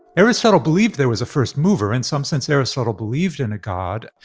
aristotle believed there was a first mover. in some sense aristotle, believed in a god,